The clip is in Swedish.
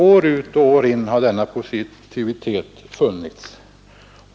År ut och år in har denna positiva inställning funnits.